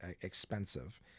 expensive